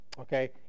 Okay